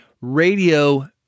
radio